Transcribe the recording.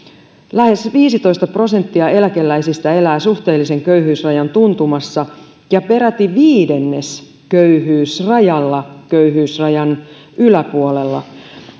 lähes viisitoista prosenttia eläkeläisistä elää suhteellisen köyhyysrajan tuntumassa ja peräti viidennes köyhyysrajalla köyhyysrajan yläpuolella